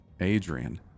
adrian